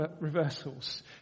reversals